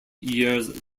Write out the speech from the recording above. years